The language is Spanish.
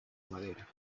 madera